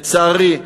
לצערי,